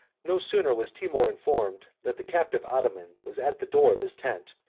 no sooner was timour informed that the captive ottoman was at the door of his tent,